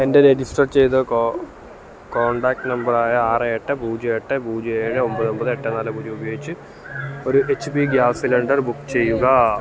എൻ്റെ രജിസ്റ്റർ ചെയ്ത കോൺടാക്റ്റ് നമ്പറായ ആറ് എട്ട് പൂജ്യം എട്ട് പൂജ്യം ഏഴ് ഒമ്പത് ഒമ്പത് എട്ട് നാല് പൂജ്യും ഉപയോഗിച്ചു ഒരു H P gas cylinder book ചെയ്യുക